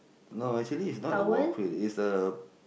no actually it's not a wall quit it's a